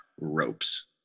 ropes